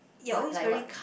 what like what